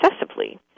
excessively